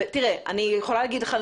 אני יכולה להגיד לך,